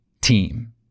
team